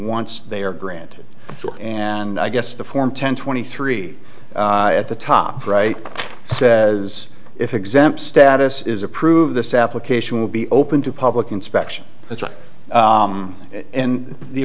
once they are granted and i guess the form ten twenty three at the top right says if exempt status is approved this application will be open to public inspection and the